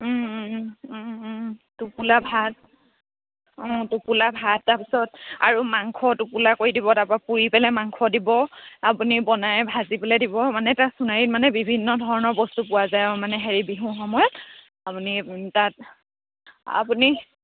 টোপোলা ভাত অঁ টোপোলা ভাত তাৰপিছত আৰু মাংস টোপোলা কৰি দিব তাৰপৰা পুৰি পেলাই মাংস দিব আপুনি বনাই ভাজি পেলাই দিব মানে তাত সোনাৰীত মানে বিভিন্ন ধৰণৰ বস্তু পোৱা যায় আৰু মানে হেৰি বিহুৰ সময়ত আপুনি তাত আপুনি